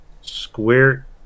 Square